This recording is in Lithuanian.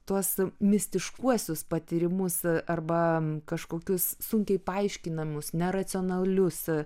tuos mistiškuosius patyrimus arba kažkokius sunkiai paaiškinamus neracionalius